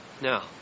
Now